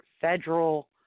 federal